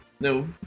No